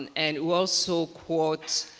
and and who also quote